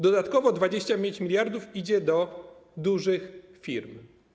Dodatkowo 25 mld idzie do dużych firm.